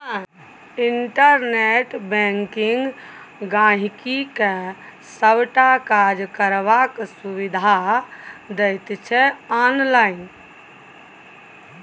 internet banking गांहिकी के सबटा काज करबाक सुविधा दैत छै आनलाइन